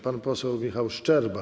Pan poseł Michał Szczerba.